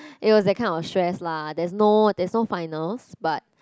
it was that kind of stress lah there's no there's no finals but